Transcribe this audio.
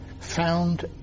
found